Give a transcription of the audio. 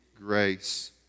grace